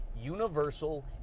universal